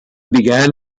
began